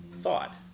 thought